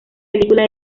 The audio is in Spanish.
película